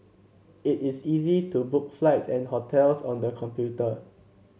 it is easy to book flights and hotels on the computer